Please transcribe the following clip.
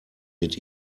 mit